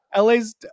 LA's